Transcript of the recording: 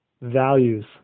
values